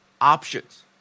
options